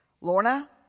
Lorna